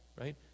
right